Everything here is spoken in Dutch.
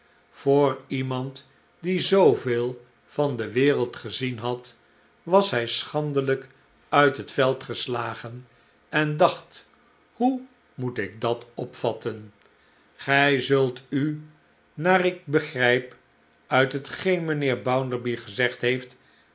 voor iemand die zooveel van de wereld gezien had was hij schandelijk uit het veld geslagen en dacht hoe moet ik datopvatten gij zult u naar ik begrijp uit hetgeen mijnheer bounderby gezegd heeft